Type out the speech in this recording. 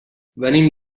venim